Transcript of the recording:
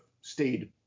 stayed